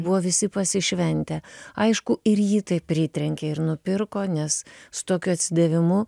buvo visi pasišventę aišku ir jį tai pritrenkė ir nupirko nes su tokiu atsidavimu